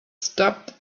stopped